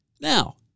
Now